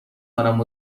کنم